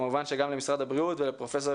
כמובן שגם למשרד הבריאות ולפרופ'